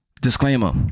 disclaimer